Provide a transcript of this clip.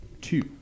two